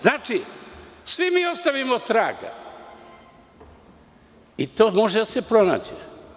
Znači, svi mi ostavimo traga i to može da se pronađe.